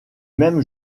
même